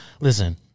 Listen